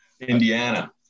Indiana